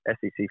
SEC